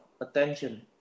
attention